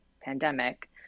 pandemic